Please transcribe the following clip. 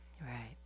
right